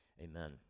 Amen